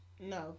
No